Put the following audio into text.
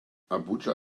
abuja